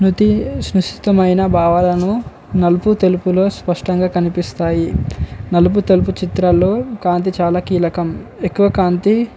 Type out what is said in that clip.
స్మృతి స్థితమైన భావాలను నలుపు తెలుపులో స్పష్టంగా కనిపిస్తాయి నలుపు తెలుపు చిత్రంలో కాంతి చాలా కీలకం ఎక్కువ కాంతి